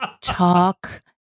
talk